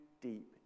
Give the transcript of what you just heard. deep